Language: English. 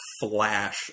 flash